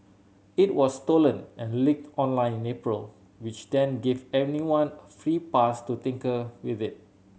it was stolen and leaked online in April which then gave anyone a free pass to tinker with it